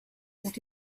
that